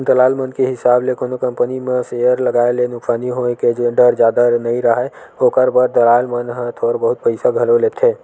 दलाल मन के हिसाब ले कोनो कंपनी म सेयर लगाए ले नुकसानी होय के डर जादा नइ राहय, ओखर बर दलाल मन ह थोर बहुत पइसा घलो लेथें